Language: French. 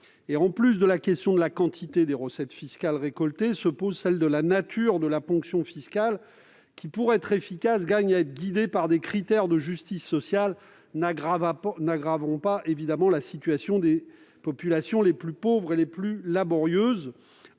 Au-delà du volume de recettes fiscales récoltées se pose la question de la nature de la ponction fiscale, qui, pour être efficace, gagne à être guidée par des critères de justice sociale n'aggravant pas la situation des populations les plus pauvres et les plus laborieuses,